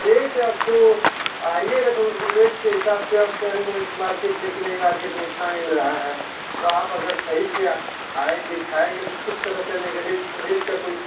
rate आपको आइएगा तो र रेट के हिसाब से आप करेंगे मार्केट में कि नहीं मार्केट में इतना मिल रहा है तो आप अगर सही से अ आएँगी खाएँगे तो फिर पता चलेगा रेट क रेट का कोई